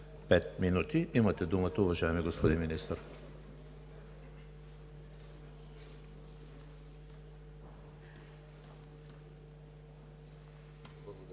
– 5 минути. Имате думата, уважаеми господин Министър.